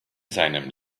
seinem